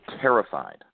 terrified